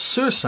Sir